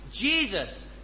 Jesus